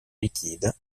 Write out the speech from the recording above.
liquide